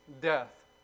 death